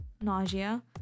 nausea